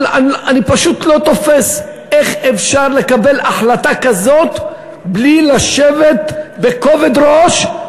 אני פשוט לא תופס איך אפשר לקבל החלטה כזאת בלי לשבת בכובד ראש.